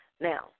Now